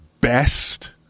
best